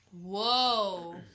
Whoa